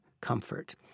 comfort